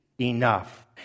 enough